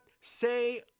say